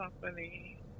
company